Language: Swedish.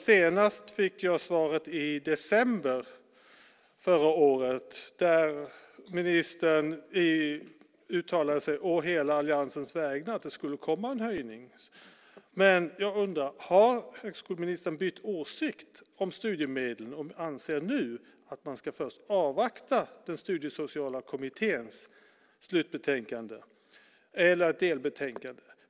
Senast fick jag svar i december förra året, då ministern uttalade sig å hela alliansens vägnar och sade att det skulle komma en höjning. Jag undrar: Har högskoleministern bytt åsikt om studiemedlen och anser nu att man först ska avvakta Studiesociala kommitténs slutbetänkande eller delbetänkande?